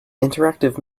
interactive